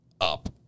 up